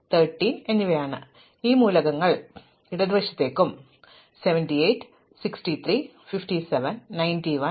അതിനാൽ ഈ മൂലകങ്ങൾ ഇടതുവശത്തും 78 63 57 91 വലത്തേക്ക് പോകണം